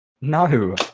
no